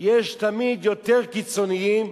יש תמיד יותר קיצונים,